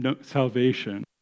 salvation